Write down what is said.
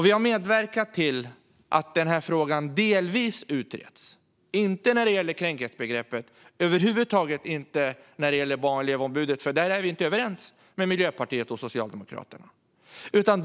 Vi har medverkat till att denna fråga delvis har utretts, men inte när det gäller kränkthetsbegreppet och över huvud taget inte när det gäller Barn och elevombudet, för där är vi inte överens med Miljöpartiet och Socialdemokraterna.